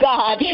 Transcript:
God